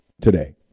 today